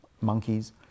monkeys